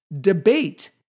debate